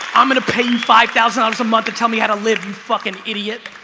i'm gonna pay you five thousand dollars a month to tell me how to live in fucking idiot.